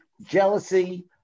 jealousy